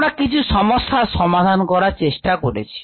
আমরা কিছু সমস্যার সমাধান করার চেষ্টা করেছি